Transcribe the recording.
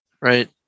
right